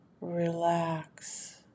relax